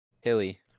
Hilly